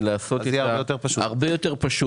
זה הרבה יותר פשוט.